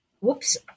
whoops